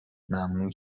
ممنون